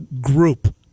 group